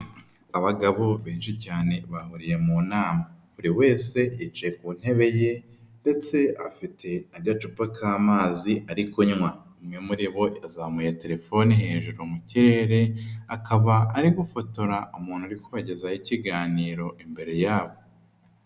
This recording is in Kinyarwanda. Abagabo benshi cyane, bahuriye mu nama buri wese yicaye ku ntebe ye, ndetse afite n'agacupa k'amazi arimo kunywa, umwe muri bo yazamuye telefone hejuru mu kirere ,akaba ari gufotora umuntu uri kubagezaho ikiganiro imbere yabo.